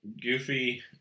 Goofy